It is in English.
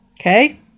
Okay